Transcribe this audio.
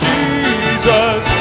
Jesus